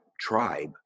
tribe